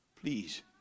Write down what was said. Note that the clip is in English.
Please